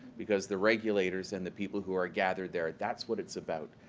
because the regulators and the people who are gathered there that's what it's about.